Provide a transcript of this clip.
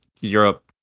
Europe